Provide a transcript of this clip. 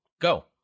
go